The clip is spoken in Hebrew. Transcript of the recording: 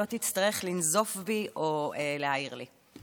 לא תצטרך לנזוף בי או להעיר לי.